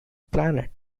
planet